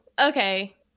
Okay